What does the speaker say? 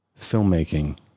filmmaking